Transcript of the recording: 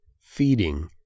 feeding